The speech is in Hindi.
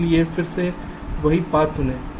इसलिए फिर से वही पाथ चुनें